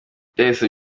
byahise